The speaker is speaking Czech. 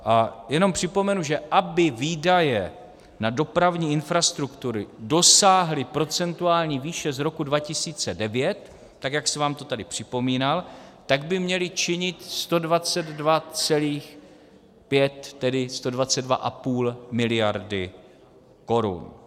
A jenom připomenu, že aby výdaje na dopravní infrastrukturu dosáhly procentuální výše z roku 2009, tak jak jsem vám to tady připomínal, tak by měly činit 122,5, tedy sto dvacet dva a půl miliardy korun.